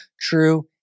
true